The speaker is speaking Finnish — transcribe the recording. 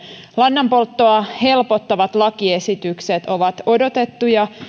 lannanpolttoa helpottavat lakiesitykset ovat odotettuja